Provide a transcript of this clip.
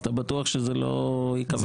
אתה בטוח שזה לא ייקבר?